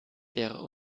der